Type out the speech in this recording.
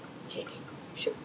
okay shoot